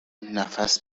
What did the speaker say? نفس